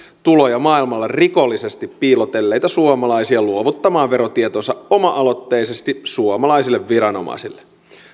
tuloja maailmalla rikollisesti piilotelleita suomalaisia luovuttamaan verotietonsa oma aloitteisesti suomalaisille viranomaisille